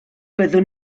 byddwn